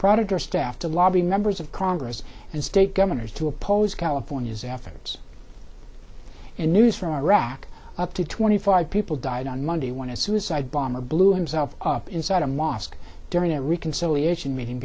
product or staff to lobby members of congress and state governors to oppose california's afterwards in news from iraq up to twenty five people died on monday one is suicide bomber blew himself up inside a mosque during